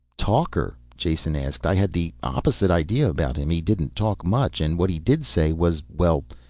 talker? jason asked. i had the opposite idea about him. he didn't talk much, and what he did say was, well.